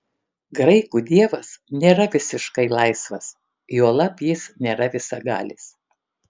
graikų dievas nėra visiškai laisvas juolab jis nėra visagalis